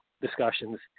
discussions